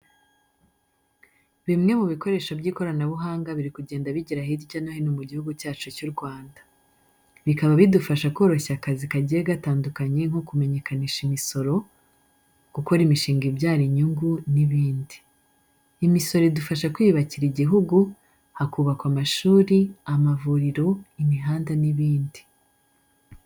Bimwe mu bikoresho by'ikoranabuhanga biri kugenda bigera hirya no hino mu gihugu cyacu cy'u Rwanda. Bikaba bidufasha koroshya akazi kagiye gatandukanye nko kumenyekanisha imisoro, gukora imishinga ibyara inyungu n'ibindi. Imisoro idufasha kwiyubakira igihugu, hakubakwa amashuri, amavuriro, imihanda n'ibindi.